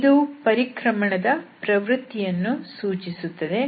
ಇದು ಪರಿಕ್ರಮಣದ ಪ್ರಕೃತಿಯನ್ನು ಸೂಚಿಸುತ್ತದೆ